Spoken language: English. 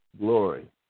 glory